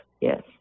yes